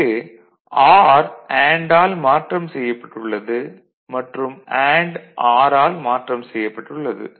இங்கு R and L மாற்றம் செய்யப்பட்டுள்ளது மற்றும் அண்டு ஆர் ஆல் மாற்றம் செய்யப்பட்டுள்ளது